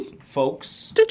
folks